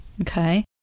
Okay